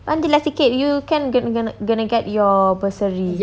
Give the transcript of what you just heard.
bagi lah sikit you kan going to goin~ going to get your bursary